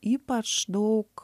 ypač daug